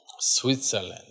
Switzerland